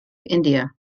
india